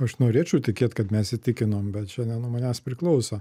aš norėčiau tikėt kad mes įtikinom bet čia ne nuo manęs priklauso